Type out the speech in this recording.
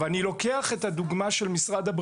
אני קוראת לכל מי שעתידו